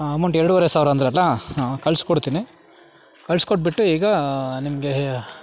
amount ಎರಡುವರೆ ಸಾವಿರ ಅಂದ್ರಲ್ಲ ಕಳಿಸ್ಕೊಡ್ತೀನಿ ಕಳಿಸ್ಕೊಟ್ಬಿಟ್ಟು ಈಗ ನಿಮಗೆ